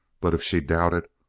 but if she doubted,